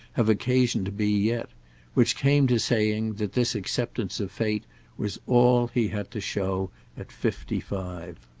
have occasion to be yet which came to saying that this acceptance of fate was all he had to show at fifty-five.